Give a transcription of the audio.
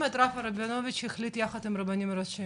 שרבינוביץ החליט יחד עם רבנים הראשיים?